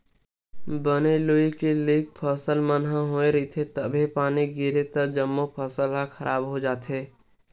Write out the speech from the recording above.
बने लूए के लइक फसल मन ह होए रहिथे तभे पानी गिरगे त जम्मो फसल ह खराब हो जाथे